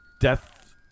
death